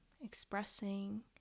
expressing